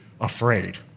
afraid